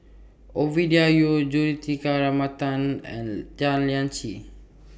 Ovidia Yu Juthika Ramanathan and Tan Lian Chye